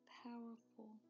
powerful